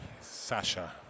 Sasha